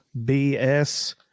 BS